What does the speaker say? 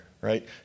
right